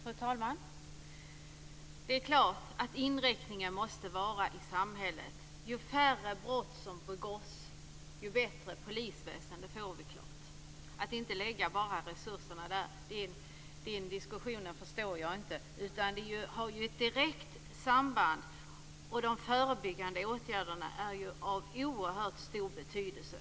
Fru talman! Det är klart att inriktningen i samhället måste vara att ju färre brott som begås desto bättre polisväsende får vi. Det gäller att inte bara lägga resurserna där. Den diskussionen förstår jag inte. Det har ett direkt samband, och de förebyggande åtgärderna är av oerhört stor betydelse.